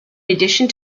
addition